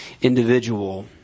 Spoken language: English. individual